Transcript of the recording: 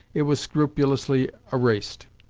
it was scrupulously erased.